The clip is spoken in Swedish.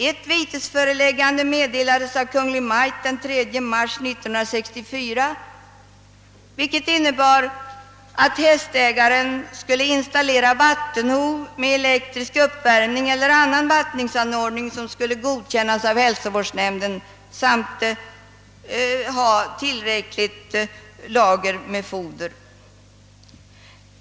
Ett vitesföreläggande, som meddelats av Kungl. Maj:t den 3 mars 1964, innebar att hästägaren skulle installera vattenho med elektrisk uppvärmning eller annan vattningsanordning, som skulle godkännas av hälsovårdsnämnden, samt ha ett tillräckligt lager med foder.